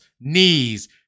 knees